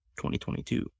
2022